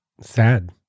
sad